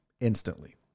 instantly